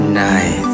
nice